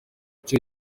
cyo